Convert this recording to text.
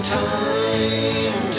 time